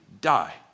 die